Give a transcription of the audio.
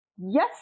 yes